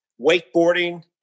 wakeboarding